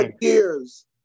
years